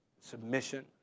submission